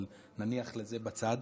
אבל נניח לזה בצד.